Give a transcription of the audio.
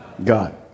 God